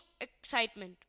excitement